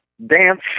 Dance